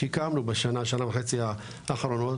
ששיקמנו בשנה, שנה וחצי האחרונות.